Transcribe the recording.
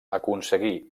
aconseguí